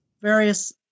various